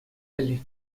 валли